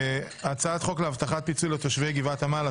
הצעת חוק להבטחת פיצוי לתושבי גבעת עמל,